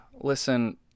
Listen